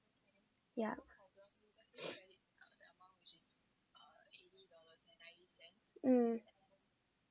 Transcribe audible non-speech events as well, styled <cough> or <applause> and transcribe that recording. yeah <breath> mm